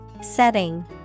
Setting